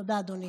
תודה, אדוני.